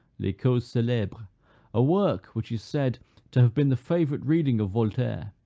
les causes celebres, a work which is said to have been the favorite reading of voltaire,